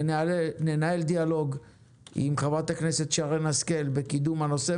וננהל דיאלוג עם חברת הכנסת שרן השכל בקידום הנושא,